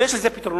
ויש לזה פתרונות.